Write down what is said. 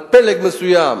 לפלג מסוים